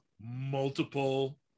multiple